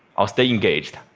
i'll stay engaged.